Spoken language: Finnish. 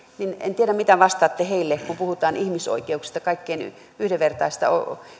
niin en tiedä mitä vastaatte heille kun puhutaan ihmisoikeuksista kaikkien yhdenvertaisista